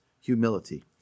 humility